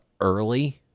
early